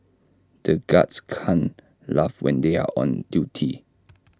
the guards can't laugh when they are on duty